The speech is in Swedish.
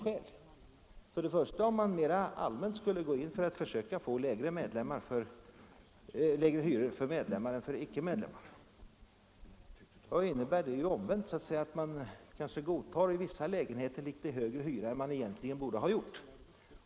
Det första är att om man mera allmänt skulle gå in för att försöka få lägre hyror för medlemmar än för icke-medlemmar, bleve följden omvänt att man för vissa lägenheter godtar litet högre hyra än man egentligen borde göra.